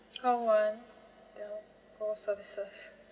call one telco services